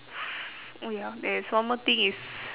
oh ya there is one more thing is